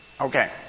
Okay